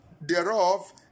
Thereof